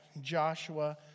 Joshua